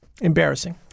Embarrassing